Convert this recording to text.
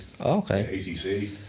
okay